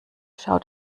schaut